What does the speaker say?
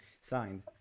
signed